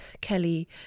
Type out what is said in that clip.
Kelly